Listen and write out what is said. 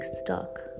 stuck